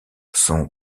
sont